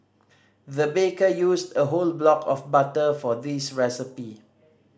the baker used a whole block of butter for this recipe